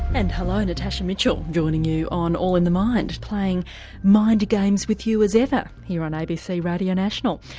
and hello, natasha mitchell joining you on all in the mind, playing mind games with you as ever here on abc radio national.